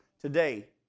today